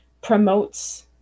promotes